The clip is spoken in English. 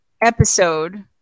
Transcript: episode